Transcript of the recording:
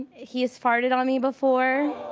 he's farted on me before.